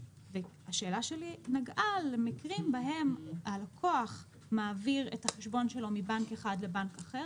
השאלה שלי נגעה למקרים שהם הלקוח מעביר את החשבון שלו מבנק אחד לאחר,